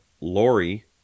Lori